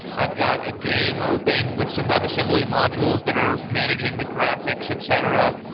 i've got a game open with some webassembly modules that are managing the graphics, etc.